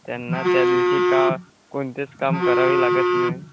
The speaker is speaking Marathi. त्यांना त्या दिवशी का कोणतेच काम करावे लागत नाही